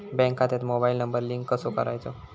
Bank खात्यात mobile number link कसो करायचो?